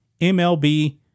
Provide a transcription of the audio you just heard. MLB